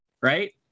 Right